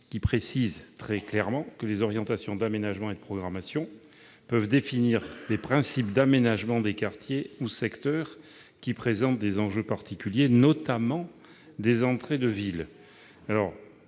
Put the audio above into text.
précise très clairement que les orientations d'aménagement et de programmation peuvent définir les principes d'aménagement des quartiers ou secteurs qui présentent des enjeux particuliers, « notamment en entrée de ville